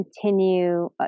continue